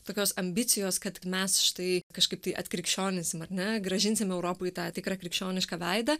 tokios ambicijos kad mes štai kažkaip tai atkrikščioninsim ar ne grąžinsim europai tą tikrą krikščionišką veidą